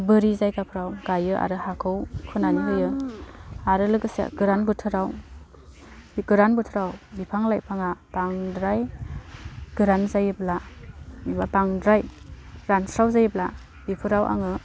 बोरि जायगाफ्राव गायो आरो हाखौ खोनानै होयो आरो लोगोसे गोरान बोथोराव बे गोरान बोथोराव बिफां लाइफाङा बांद्राय गोरान जायोब्ला एबा बांद्राय रानस्राव जायोब्ला बेफोराव आङो